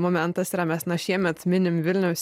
momentas yra mes na šiemet minim vilniaus